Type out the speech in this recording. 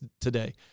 today